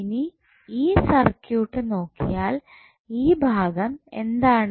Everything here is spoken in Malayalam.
ഇനി ഈ സർക്യൂട്ട് നോക്കിയാൽ ഈ ഭാഗം എന്താണ്